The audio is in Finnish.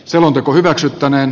selonteko hyväksyttäneen